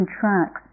contracts